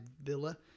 villa